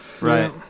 Right